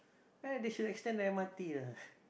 eh they should extend the m_r_t ah